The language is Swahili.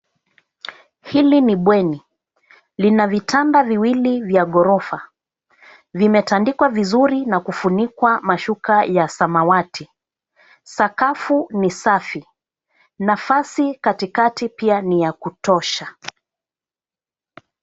Hili ni bweni, lina vitanda viwili vya ghorofa. Vimetandikwa vizuri na kufunikwa mashuka ya samawati. Sakafu ni safi. Nafasi katikati pia ni ya kutosha.